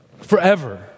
Forever